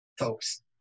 Folks